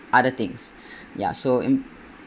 other things ya so in